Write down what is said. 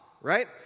right